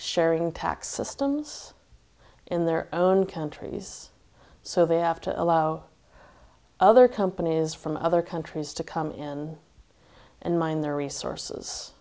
sharing tax systems in their own countries so they have to allow other companies from other countries to come in and mine their resources